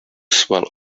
swell